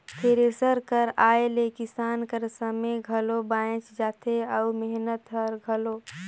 thresher कर आए ले किसान कर समे घलो बाएच जाथे अउ मेहनत हर घलो